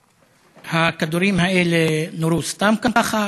שהכדורים האלה נורו סתם ככה,